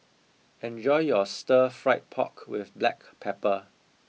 enjoy your Stir Fried Pork with Black Pepper